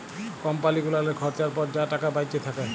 কম্পালি গুলালের খরচার পর যা টাকা বাঁইচে থ্যাকে